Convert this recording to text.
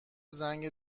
زنگ